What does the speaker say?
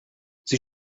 sie